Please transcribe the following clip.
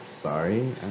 sorry